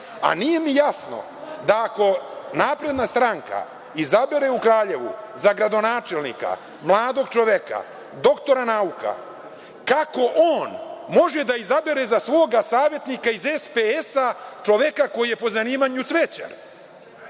a nije mi jasno da ako napredna stranka izabere u Kraljevu za gradonačelnika mladog čoveka, doktora nauka, kako on može da izabere za svoga savetnika iz SPS-a čoveka koji je po zanimanju cvećar?